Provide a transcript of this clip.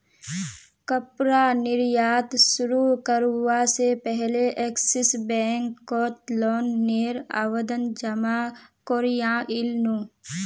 कपड़ा निर्यात शुरू करवा से पहले एक्सिस बैंक कोत लोन नेर आवेदन जमा कोरयांईल नू